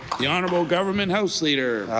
the honorable government house leader.